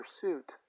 pursuit